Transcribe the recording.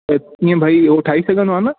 कीअं भाई हू ठाहे सघंदो आहे न